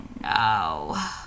no